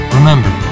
Remember